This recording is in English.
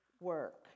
work